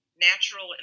natural